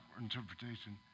interpretation